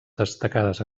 destacades